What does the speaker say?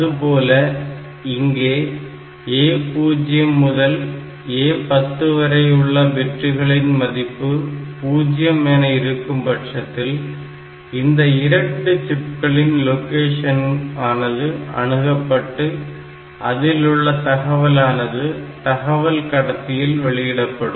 அதுபோல இங்கே A0 முதல் A10 வரை உள்ள பிட்டுகளின் மதிப்பு பூஜ்யம் என இருக்கும்பட்சத்தில் இந்த இரண்டு சிப்களின் லொகேஷன் ஆனது அணுகப்பட்டு அதில் உள்ள தகவலானது தகவல் கடத்தியில் வெளியிடப்படும்